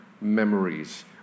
memories